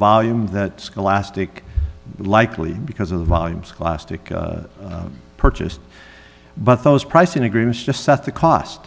volume that scholastic likely because of the volume scholastic purchased but those pricing agreements just set the cost